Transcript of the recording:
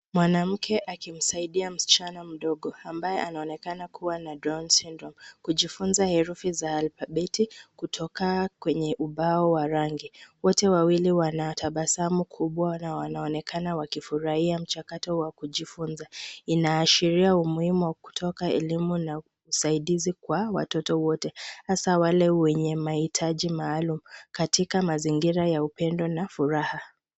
Mwanamke akimsaidia msichana mdogo ambaye anaonekana kuwa na Down Syndramoe kujifunza herufi za alfabeti kutoka kwenye ubao wa rangi. Wote wawili wana tabasamu kubwa na wanaonekana wakifurahia mchakato wa kujifunza. Inaashiria umuhimu wa kutoka elimu na usaidizi kwa watoto wote hata wale wenye mahitaji maalum katika mazingira ya upendo na furaha.